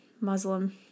Muslim